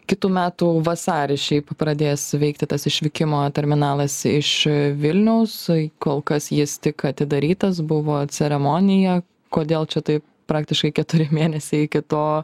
kitų metų vasarį šiaip pradės veikti tas išvykimo terminalas iš vilniaus kol kas jis tik atidarytas buvo ceremonija kodėl čia taip praktiškai keturi mėnesiai iki to